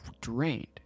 drained